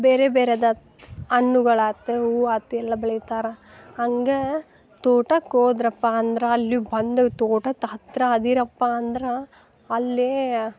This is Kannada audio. ಬೇರೆ ಬೇರೆದಾತು ಹಣ್ಣುಗಳಾತು ಹೂ ಆತು ಎಲ್ಲಾ ಬೆಳಿತಾರ ಹಂಗೆ ತೋಟಕ್ಕೆ ಹೋದ್ರಪ್ಪ ಅಂದ್ರೆ ಅಲ್ಲಿಯು ಬಂದು ತೋಟತ್ ಹತ್ತಿರ ಅದಿರಪ್ಪ ಅಂದ್ರೆ ಅಲ್ಲೇ